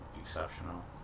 exceptional